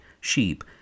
Sheep